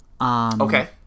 Okay